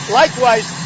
likewise